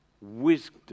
wisdom